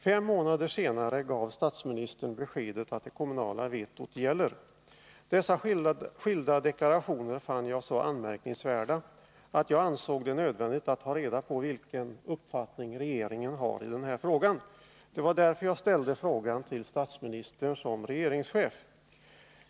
Fem månader senare gav statsministern beskedet att det kommunala vetot gäller. Dessa skilda deklarationer fann jag så anmärkningsvärda att jag ansåg det nödvändigt att ta reda på vilken uppfattning regeringen har i det här ärendet. Det var därför jag ställde frågan till statsministern som regeringschef.